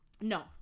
No